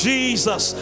Jesus